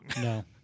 No